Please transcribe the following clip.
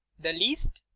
the least?